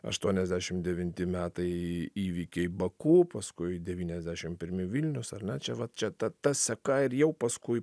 aštuoniasdešim devinti metai įvykiai baku paskui devyniasdešim pirmi vilnius ar ne čia va čia ta ta seka ir jau paskui